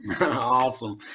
Awesome